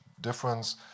difference